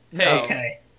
Okay